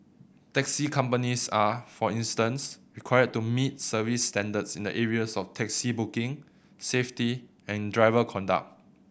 taxi companies are for instance required to meet service standards in the areas of taxi booking safety and driver conduct